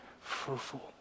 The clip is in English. fruitful